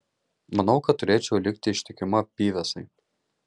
manau kad turėčiau likti ištikima pyvesai